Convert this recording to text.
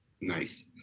Nice